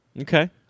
Okay